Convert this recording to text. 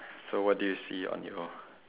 so what do you see on your